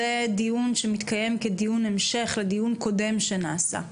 זהו דיון המשך לדיון קודם שנעשה.